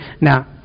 Now